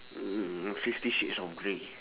mm fifty shades of grey